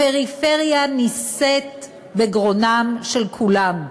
הפריפריה נישאת בגרונם של כולם.